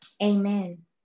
Amen